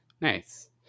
Nice